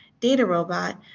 DataRobot